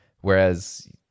Whereas